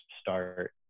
start